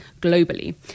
globally